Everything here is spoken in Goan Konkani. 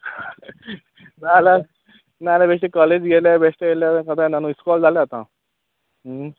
नाल्यार नाल्यार बेश्टें कॉलेज गेलें बेश्टे येले कोंता येयना न्हय इस्कॉल जालें आतां